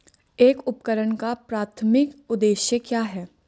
एक उपकरण का प्राथमिक उद्देश्य क्या है?